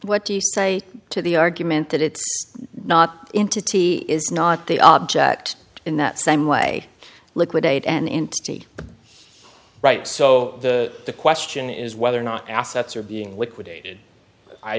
what do you say to the argument that it's not entity is not the object in that same way liquidate an entity right so the question is whether or not assets are being liquidated i